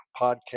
podcast